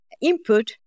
input